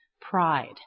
pride